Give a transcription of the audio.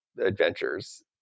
adventures